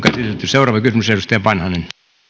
seuraava kysymys edustaja vanhanen arvoisa